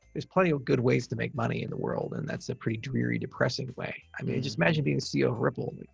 there's plenty of good ways to make money in the world, and that's a pretty dreary depressing way. i mean, just imagine being ceo of ripple.